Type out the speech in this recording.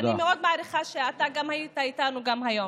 ואני מאוד מעריכה שאתה גם היית איתנו היום.